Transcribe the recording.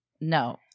No